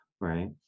right